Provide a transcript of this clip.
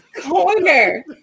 corner